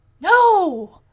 No